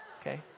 okay